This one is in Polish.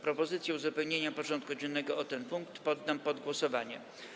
Propozycję uzupełnienia porządku dziennego o ten punkt poddam pod głosowanie.